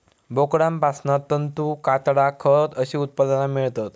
बोकडांपासना तंतू, कातडा, खत अशी उत्पादना मेळतत